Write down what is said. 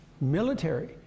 military